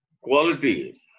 quality